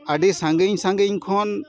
ᱟᱹᱰᱤ ᱥᱟᱺᱜᱤᱧ ᱥᱟᱺᱜᱤᱧ ᱠᱷᱚᱱ